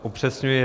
Upřesňuji.